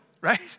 right